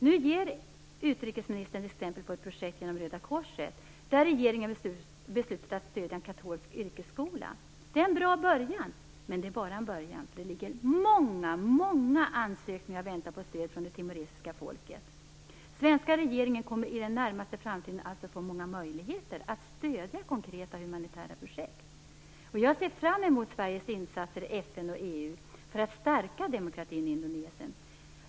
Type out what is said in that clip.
Nu ger utrikesministern exempel på ett projekt med Röda korset. Regeringen har beslutat sig för att stödja en katolsk yrkesskola. Det är en bra början, men det är bara en början. Det ligger många ansökningar om stöd från det timoresiska folket och väntar. Svenska regeringen kommer under den närmaste framtiden att få många möjligheter att stödja konkreta humanitära projekt. Jag ser fram emot Sveriges insatser i FN och EU för att stärka demokratin i Indonesien.